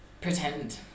pretend